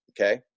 Okay